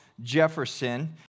Jefferson